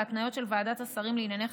בהתניות של ועדת השרים לענייני חקיקה,